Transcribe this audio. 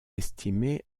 estimée